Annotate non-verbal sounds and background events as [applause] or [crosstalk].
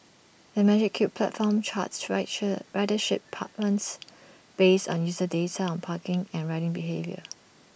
the magic Cube platform charts [unintelligible] ridership patterns based on user data on parking and riding behaviour